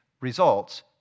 results